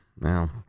Now